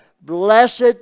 Blessed